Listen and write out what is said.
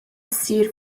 ssir